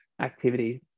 activities